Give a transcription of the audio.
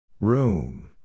Room